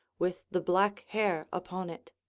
with the black hair upon it,